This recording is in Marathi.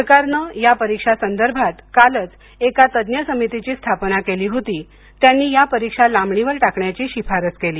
सरकारनं या परीक्षासंदर्भात कालच एका तज्ज्ञ समितीची स्थापना केली होती त्यांनी या परीक्षा लांबणीवर टाकण्याची शिफारस केली